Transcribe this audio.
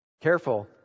Careful